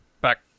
back